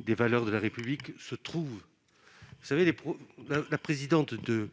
des valeurs de la République ne suffit-il pas ? La présidente du